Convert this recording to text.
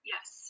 Yes